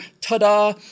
Ta-da